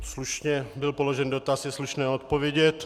Slušně byl položen dotaz, je slušné odpovědět.